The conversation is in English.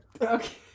okay